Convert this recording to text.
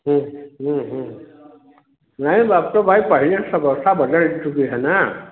नहीं अब तो भाई पहले से व्यवस्था बदल चुकी है न